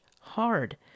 hard